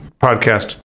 podcast